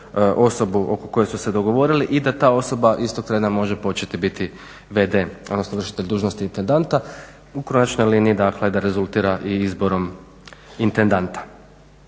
osobu oko koje su se dogovorili i da ta osoba istog treba može početi biti v.d., odnosno vršitelj dužnosti intendanta, u konačnoj liniji dakle da rezultira i izborom intendanta.